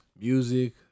Music